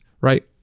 right